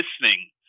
listening